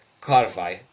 clarify